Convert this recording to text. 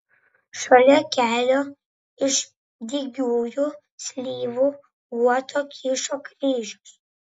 šalia kelio iš dygiųjų slyvų guoto kyšo kryžius